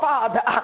Father